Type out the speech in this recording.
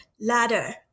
ladder